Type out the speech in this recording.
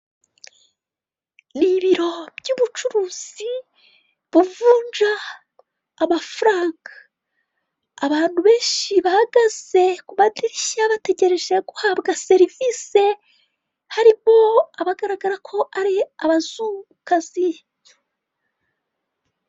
Ni ibiro by'ubucuruzi buvunja amafaranga abantu benshi bahagaze ku madirishya, bategereje guhabwa serivisi, harimo abagaragara ko ari abazungukazi.